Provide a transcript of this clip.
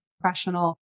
professional